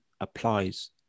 applies